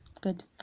Good